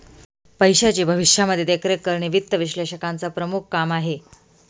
पैशाची भविष्यामध्ये देखरेख करणे वित्त विश्लेषकाचं प्रमुख काम आहे